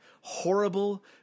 horrible